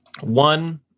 One